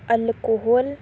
alcohol